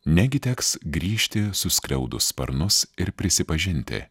negi teks grįžti suskliaudus sparnus ir prisipažinti